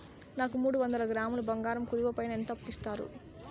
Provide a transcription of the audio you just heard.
నాకు మూడు వందల గ్రాములు బంగారం కుదువు పైన ఎంత అప్పు ఇస్తారు?